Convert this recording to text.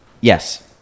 Yes